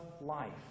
life